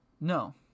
no